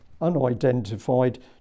unidentified